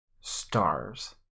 stars